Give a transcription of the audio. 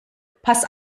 pass